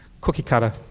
cookie-cutter